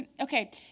okay